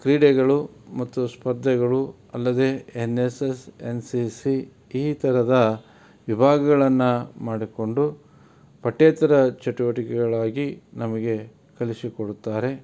ಕ್ರೀಡೆಗಳು ಮತ್ತು ಸ್ಪರ್ಧೆಗಳು ಅಲ್ಲದೆ N S S N C C ಈ ಥರದ ವಿಭಾಗಗಳನ್ನು ಮಾಡಿಕೊಂಡು ಪಠ್ಯೇತರ ಚಟುವಟಿಕೆಗಳಾಗಿ ನಮಗೆ ಕಲಿಸಿ ಕೊಡುತ್ತಾರೆ